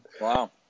Wow